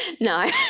No